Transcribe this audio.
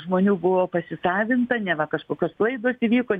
žmonių buvo pasisavinta neva kažkokios klaidos įvyko